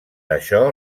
això